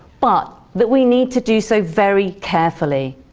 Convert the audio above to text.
but that we need to do so very carefully.